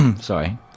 Sorry